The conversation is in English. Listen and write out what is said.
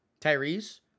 Tyrese